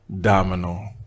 Domino